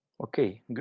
okay